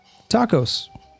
tacos